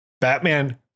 Batman